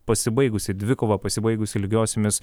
pasibaigusi dvikova pasibaigusi lygiosiomis